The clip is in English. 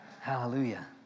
Hallelujah